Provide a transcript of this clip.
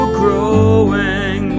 growing